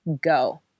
go